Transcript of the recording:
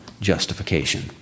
justification